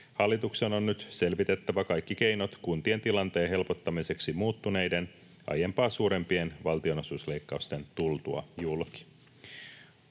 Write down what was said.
Hallituksen on nyt selvitettävä kaikki keinot kuntien tilanteen helpottamiseksi muuttuneiden, aiempaa suurempien valtionosuusleikkausten tultua julki.